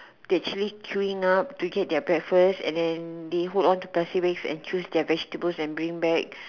they actually queuing to get their breakfast and then they hold on to plastic bags to choose their vegetables and bring back